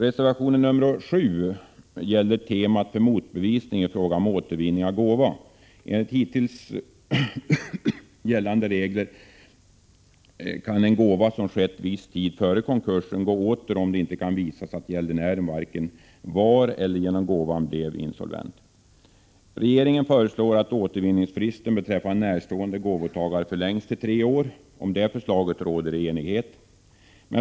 Reservation 7 gäller temat för motbevisning vid fråga om återvinning av gåva. Enligt hittills gällande regler kan en gåva som fullbordats viss tid före konkursen gå åter, om det inte kan visas att gäldenären varken var eller genom gåvan blev insolvent. Regeringen föreslår att återvinningsfristen för närstående gåvotagare förlängs till tre år. Det råder enighet om detta förslag.